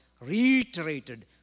reiterated